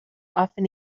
often